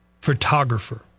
photographer